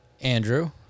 Andrew